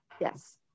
Yes